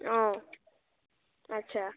অঁ আচ্ছা